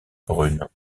brune